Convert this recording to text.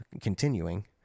continuing